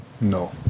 No